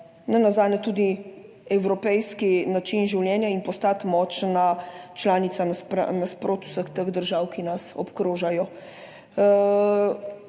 nenazadnje tudi evropejski način življenja in postati močna članica nasproti vseh teh držav, ki nas obkrožajo.